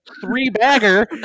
three-bagger